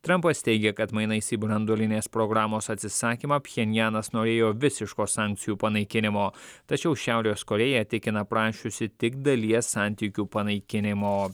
trampas teigia kad mainais į branduolinės programos atsisakymą pchenjanas norėjo visiško sankcijų panaikinimo tačiau šiaurės korėja tikina prašiusi tik dalies santykių panaikinimo